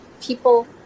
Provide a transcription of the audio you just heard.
people